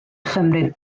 chymryd